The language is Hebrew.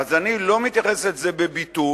אז אני לא מתייחס לזה בביטול,